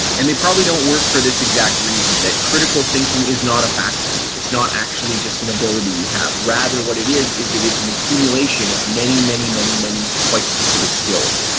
and they probably don't work for this exact reason that critical thinking is not a faculty. it's not actually just an ability you have. rather, what it is, is it is an accumulation of many, many, many, many quite specific skills.